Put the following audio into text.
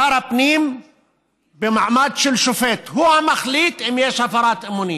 שר הפנים במעמד של שופט: הוא המחליט אם יש הפרת אמונים,